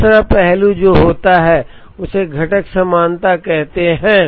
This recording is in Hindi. दूसरा पहलू जो होता है उसे घटक समानता कहा जाता है